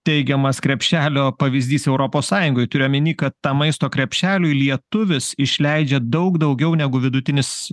teigiamas krepšelio pavyzdys europos sąjungoj turiu omenyj kad tą maisto krepšeliui lietuvis išleidžia daug daugiau negu vidutinis